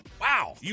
Wow